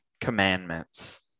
commandments